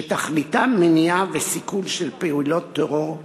שתכליתם מניעה וסיכול של פעולות טרור,